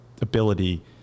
ability